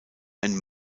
ein